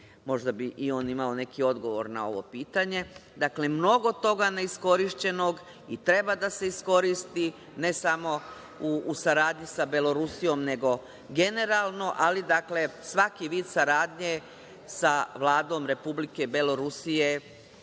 možda bi i on imao neki odgovor na ovo pitanje. Dakle, mnogo toga neiskorišćenog i treba da se iskoristi, ne samo u saradnji sa Belorusijom, nego generalno, ali svaki vid saradnje sa Vladom Republike Belorusije